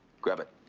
grab it.